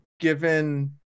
given